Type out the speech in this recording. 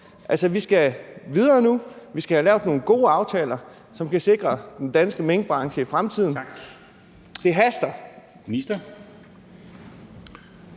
vi skal videre nu. Vi skal have lavet nogle gode aftaler, som kan sikre den danske minkbranche i fremtiden. Det haster.